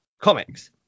comics